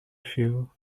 fuel